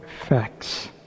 facts